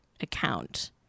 account